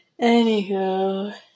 Anywho